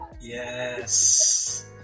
Yes